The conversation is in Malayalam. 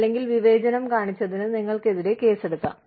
അല്ലെങ്കിൽ വിവേചനം കാണിച്ചതിന് നിങ്ങൾക്കെതിരെ കേസെടുക്കാം